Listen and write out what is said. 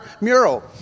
mural